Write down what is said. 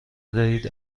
بدهید